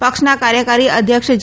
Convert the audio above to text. પક્ષના કાર્યકારી અધ્યક્ષ જે